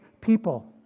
people